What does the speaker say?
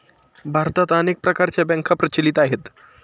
भारतात अनेक प्रकारच्या बँका प्रचलित आहेत